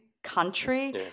country